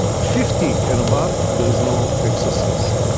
fifty and above, there is no excess risk.